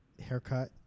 haircut